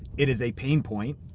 it is a pain point.